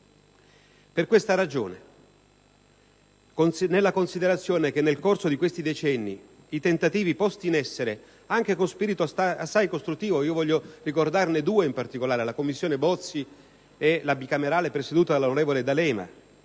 Per questa ragione, e nella considerazione che nel corso di questi decenni i tentativi posti in essere, anche con spirito assai costruttivo (desidero ricordarne due in particolare: la Commissione Bozzi e la Bicamerale presieduta dall'onorevole D'Alema),